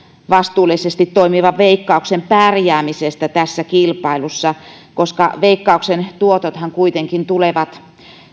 vastuullisesti toimivan veikkauksen pärjäämisestä tässä kilpailussa koska veikkauksen tuotothan kuitenkin tulevat